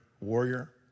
warrior